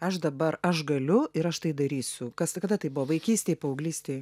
aš dabar aš galiu ir aš tai darysiu kas kada tai buvo vaikystėj paauglystėj